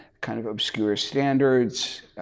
kind of obscure standards,